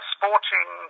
sporting